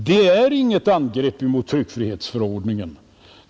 Det är inget angrepp mot tryckfrihetsförordningen.